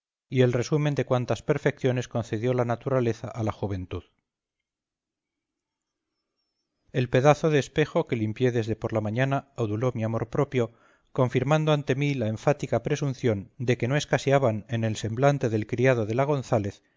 y el resumen de cuantas perfecciones concedió la naturaleza a la juventud el pedazo de espejo que limpié desde por la mañana aduló mi amor propio confirmando ante mí la enfática presunción de que no escaseaban en el semblante del criado de la gonzález